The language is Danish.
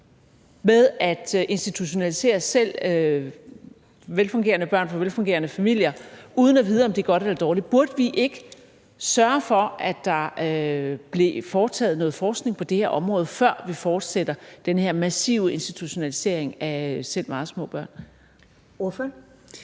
med at institutionalisere selv velfungerende børn fra velfungerende familier uden at vide, om det er godt eller dårligt? Burde vi ikke sørge for, at der blev foretaget noget forskning på det her område, før vi fortsætter den her massive institutionalisering af selv meget små børn? Kl.